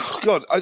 God